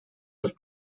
was